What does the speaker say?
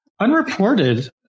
Unreported